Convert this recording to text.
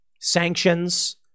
sanctions